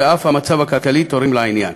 וגם המצב הכלכלי תורם לעניין.